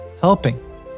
helping